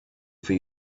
for